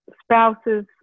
spouses